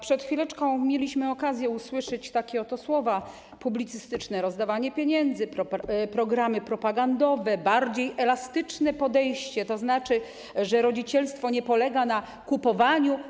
Przed chwileczką mieliśmy okazję usłyszeć takie oto słowa: publicystyczne rozdawanie pieniędzy, programy propagandowe, bardziej elastyczne podejście, tzn. że rodzicielstwo nie polega na kupowaniu.